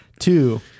Two